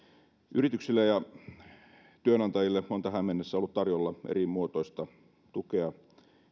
yrityksille ja työnantajille on tähän mennessä ollut tarjolla erimuotoista tukea